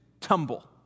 tumble